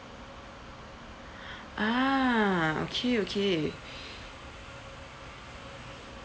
ah okay okay